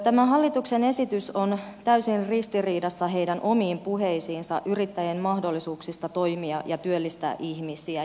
tämä hallituksen esitys on täysin ristiriidassa suhteessa heidän omiin puheisiinsa yrittäjien mahdollisuuksista toimia ja työllistää ihmisiä